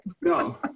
no